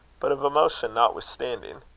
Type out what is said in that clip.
but of emotion notwithstanding.